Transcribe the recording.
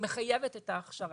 מחייבת את ההכשרה.